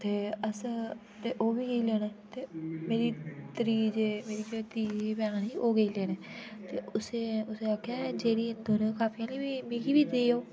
ते ओह् बी गेई लैने ते मेरी त्ररी जे मेरी त्ररी जेह्डी भैन ही ओह् बी गेई लैने उस्सी उस्सी आक्खेआ जेह्डी काफिया मी बी देओ